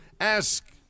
Ask